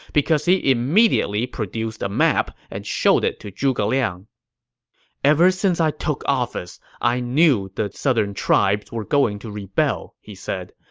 because he immediately produced a map and showed it to zhuge liang ever since i took office, i knew the southern tribes were going to rebel, he said.